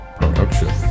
production